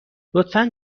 لطفا